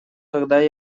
когда